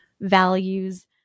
values